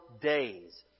days